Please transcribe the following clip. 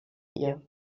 ihr